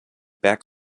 back